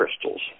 crystals